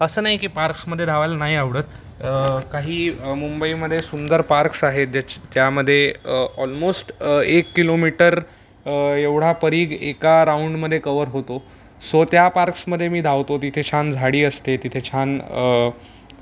असं नाही की पार्क्समधे धावलं नाही आवडत काही मुंबईमधे सुंदर पार्क्स आहेत ज्याच्या त्यामध्ये ऑलमोस्ट एक किलोमीटर एवढा परिघ एका राऊंडमध्ये कवर होतो सो त्या पार्क्समध्ये मी धावतो तिथे छान झाडी असते तिथे छान